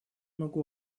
могу